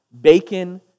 bacon